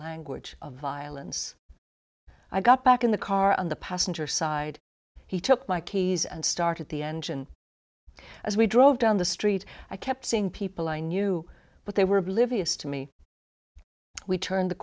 language of violence i got back in the car on the passenger side he took my keys and started the engine as we drove down the street i kept seeing people i knew but they were oblivious to me we turned the